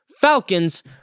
Falcons